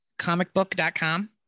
comicbook.com